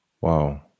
Wow